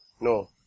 No